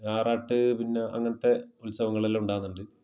ആറാട്ട് പിന്നെ അങ്ങനത്തെ ഉത്സവങ്ങളെല്ലാം ഉണ്ടാവുന്നുണ്ട്